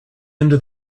into